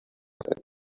and